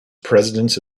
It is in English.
president